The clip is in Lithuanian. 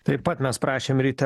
taip pat mes prašėm ryte